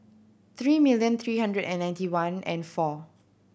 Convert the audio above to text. three million three hundred and ninety one and four